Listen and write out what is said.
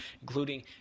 including